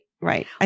Right